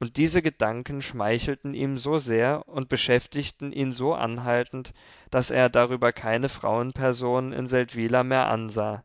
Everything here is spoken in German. und diese gedanken schmeichelten ihm so sehr und beschäftigten ihn so anhaltend daß er darüber keine frauensperson in seldwyla mehr ansah